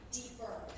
deeper